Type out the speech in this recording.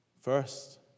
First